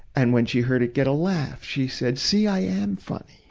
and when she heard it get a laugh, she said, see, i am funny.